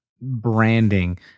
branding